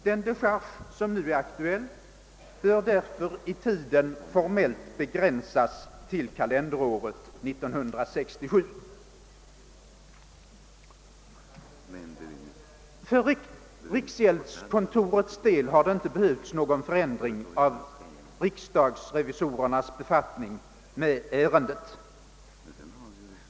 Den decharge som nu är aktuell bör därför i tiden formellt begränsas till kalenderåret 1967. För riksgäldskontorets del har någon förändring av riksdagsrevisorernas befattning med ärendet inte behövts.